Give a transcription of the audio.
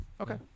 Okay